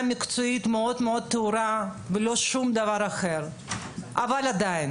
מקצועית מאוד מאוד טהורה ולא שום דבר אחר אבל עדיין